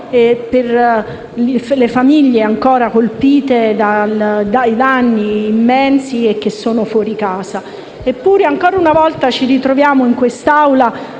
per le famiglie colpite da danni immensi e che sono fuori casa. Ancora una volta ci ritroviamo in quest'Aula